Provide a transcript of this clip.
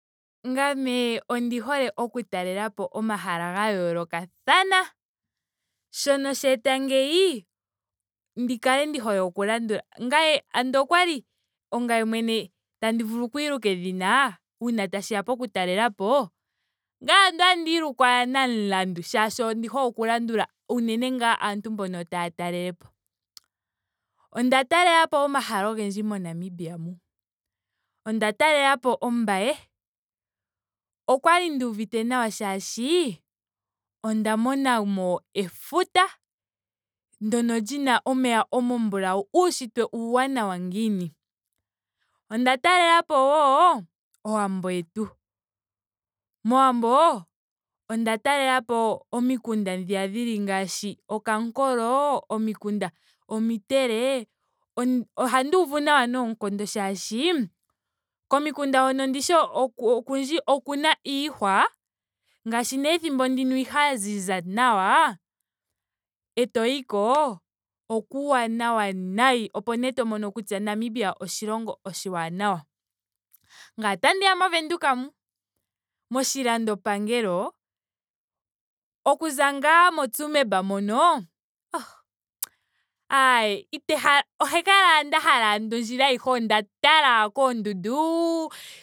Ngame ondi hole oku talelapo omahala ga yoolokathana. sho sheeta ngeyi ndi kale ndi hole oku landula. Ngame ando okwali ongame mwene tandi vulu oku iluka edhina uuna tashiya koku talelapo. ngame andola otandi uluku namulandu molwaashoka ondi hole oku landula unene ngaa aantu mbono taya talelepo. Onda talelapo omahala ogendji mo namibia mu. onda talelapo ombaye. Okwali nduuvite nawa molwaashoka onda monamo efuta. ndyono lina omeya omambulawu. uunshitwe uuwanawa ngiini. Onda talelapo wo owambo yetu. mowambo onda talelapo omikunda dhiya dhili ngaashi okankolo. omikunda omintele. ohandi uvu nawa noonkondo molwaashoka komikunda hoko ndishi oku- okundji okuna iihwa. ngaashi nee ethimbo ndina iihwana ya ziza nawa. etoyi ko. okuuwanawa nawa. Opo nee mono kutya namibia oshilongo oshaanawa. Ngame otandiya mo windheok mu. moshilandopangelo. okuza ngaa mo tsumeb moka. oh nxo aae ite hala ohandi kala ashike nda hala ngeno ondjila ayihe onda tala ashike koondundu